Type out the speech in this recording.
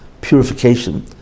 purification